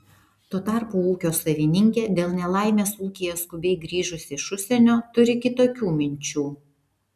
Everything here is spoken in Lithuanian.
tuo tarpu ūkio savininkė dėl nelaimės ūkyje skubiai grįžusi iš užsienio turi kitokių minčių